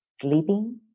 sleeping